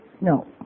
No